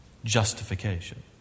justification